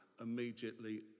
immediately